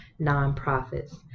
nonprofits